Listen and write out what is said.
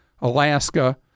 Alaska